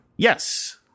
Yes